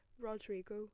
Rodrigo